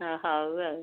ହଁ ହେଉ ଆଉ